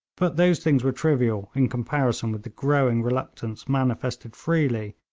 but those things were trivial in comparison with the growing reluctance manifested freely,